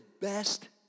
best